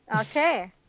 Okay